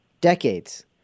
decades